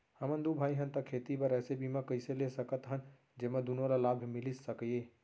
हमन दू भाई हन ता खेती बर ऐसे बीमा कइसे ले सकत हन जेमा दूनो ला लाभ मिलिस सकए?